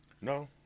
No